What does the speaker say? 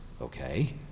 okay